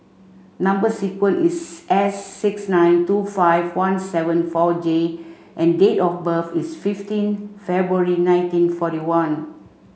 number sequence is S six nine two five one seven four J and date of birth is fifteen February nineteen forty one